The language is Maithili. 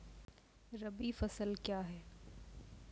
रबी फसल क्या हैं?